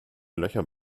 löcher